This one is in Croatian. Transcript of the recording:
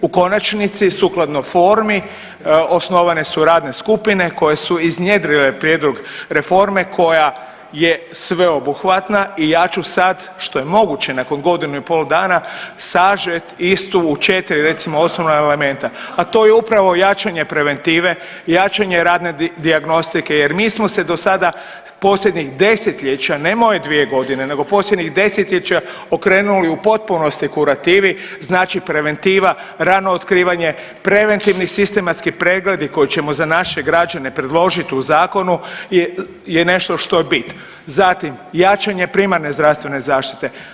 U konačnici sukladno formi osnovane su radne skupine koje su iznjedrile prijedlog reforme koja je sveobuhvatna i ja ću sad što je moguće nakon godinu i pol dana sažet istu u četri recimo osnovna elementa, a to je upravo jačanje preventive, jačanje radne dijagnostike jer mi smo se do sada posljednjih desetljeća, ne moje dvije godine, nego posljednjih desetljeća okrenuli u potpunosti kurativi, znači preventiva, rano otkrivanje, preventivni sistematski pregledi koje ćemo za naše građane predložiti u zakonu je nešto što je bit, zatim jačanje primarne zdravstvene zaštite.